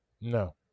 No